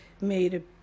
made